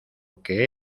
que